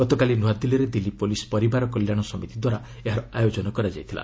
ଗତକାଲି ନୂଆଦିଲ୍ଲୀରେ ଦିଲ୍ଲୀ ପୁଲିସ୍ ପରିବାର କଲ୍ୟାଣ ସମିତିଦ୍ୱାରା ଏହାର ଆୟୋଜନ କରାଯାଇଥିଲା